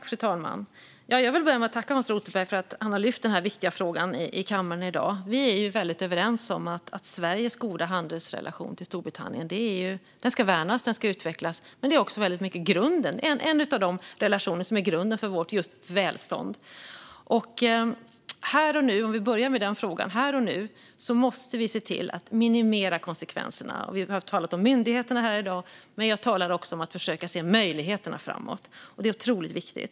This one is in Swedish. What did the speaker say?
Fru talman! Jag vill börja med att tacka Hans Rothenberg för att han har lyft denna viktiga fråga i kammaren i dag. Vi är helt överens om att Sveriges goda handelsrelation till Storbritannien ska värnas och utvecklas. Det är också i mycket en av de relationer som är grunden för vårt välstånd. Här och nu måste vi se till att minimera konsekvenserna. Vi har talat om myndigheterna här i dag, man jag talar också om att se möjligheterna framåt. Det är otroligt viktigt.